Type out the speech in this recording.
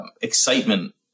excitement